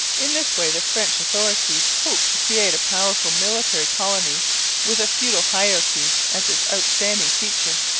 in this way the french authorities hoped to create a powerful military colony with a feudal hierarchy as its outstanding feature.